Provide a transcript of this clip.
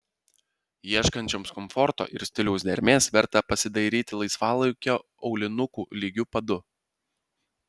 ieškančioms komforto ir stiliaus dermės verta pasidairyti laisvalaikio aulinukų lygiu padu